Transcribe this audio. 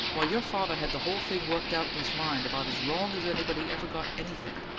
why, your father had the whole thing worked out in his mind about as wrong as anybody ever got anything.